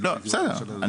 בסדר,